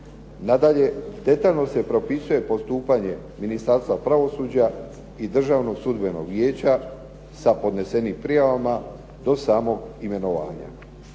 Nadalje, detaljno se propisuje postupanje Ministarstva pravosuđa i Državnog sudbenog vijeća sa podnesenim prijavama do samog imenovanja.